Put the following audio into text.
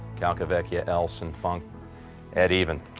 calcavecchia elson funk at even.